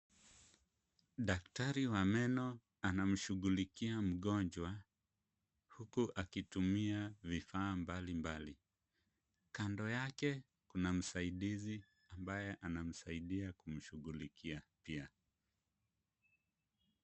Daktari wa meno ana lmshughulikia mgonjwa, huku akitumia vifaa mbali mbali. Kando yake kuna msaidizi, ambaye anamsaidia kushughulikia pia.